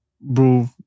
bro